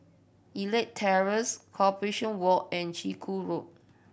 Elite Terrace Corporation Walk and Chiku Road